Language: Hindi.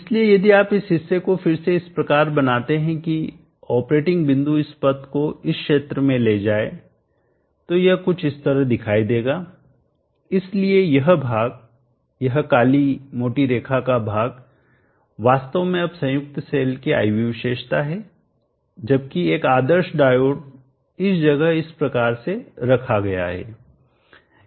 इसलिए यदि आप इस हिस्से को फिर से इस प्रकार बनाते हैं की ऑपरेटिंग बिंदु इस पथ को इस क्षेत्र में ले जाए तो यह कुछ इस तरह दिखाई देगा इसलिए यह भाग यह काली मोटी रेखा का भाग वास्तव में अब संयुक्त सेल की IV विशेषता है जबकि एक आदर्श डायोड इस जगह इस प्रकार से रखा गया है